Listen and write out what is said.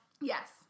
Yes